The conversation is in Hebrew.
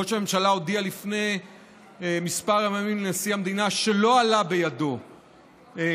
ראש הממשלה הודיע לפני כמה ימים לנשיא המדינה שלא עלה בידו עדיין